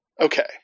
okay